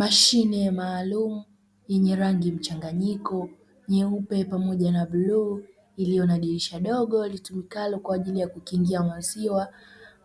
Mashine maalumu yenye rangi mchanganyiko nyeupe pamoja na bluu, iliyo na dirisha dogo litumikalo kwa ajili ya kukingia maziwa